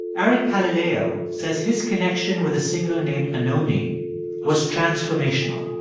eric pallileo says his connection with a singer named anohni was transformational.